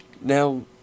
Now